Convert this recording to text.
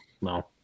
No